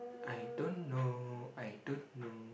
I don't know I don't know